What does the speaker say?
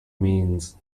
means